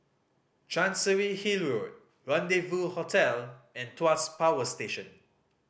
Chancery Hill Rendezvous Hotel and Tuas Power Station